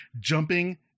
jumping